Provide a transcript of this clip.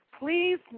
Please